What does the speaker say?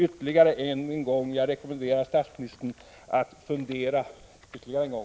Än en gång rekommenderar jag statsministern att fundera ytterligare en